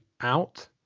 out